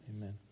Amen